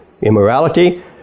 Immorality